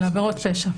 לעבירות פשע.